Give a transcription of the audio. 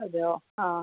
അതെയോ ആ